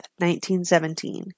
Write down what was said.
1917